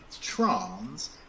trans